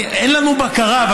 אין לנו בקרה.